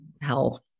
health